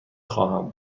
خواهم